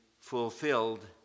fulfilled